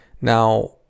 now